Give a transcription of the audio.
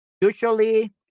Usually